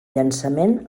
llançament